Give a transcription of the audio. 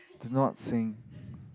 do not sing